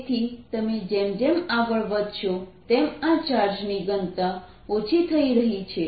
તેથી તમે જેમ જેમ આગળ વધશો તેમ આ ચાર્જની ઘનતા ઓછી થઈ રહી છે